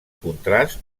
contrast